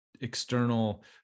external